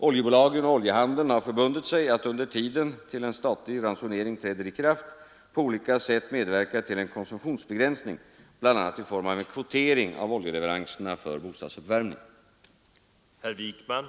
Oljebolagen och oljehandeln har förbundit sig att under tiden tills en statlig ransonering träder i kraft på olika sätt medverka till en konsumtionsbegränsning, bl.a. i form av en kvotering av oljeleveranserna för bostadsuppvärmning.